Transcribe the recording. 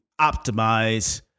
optimize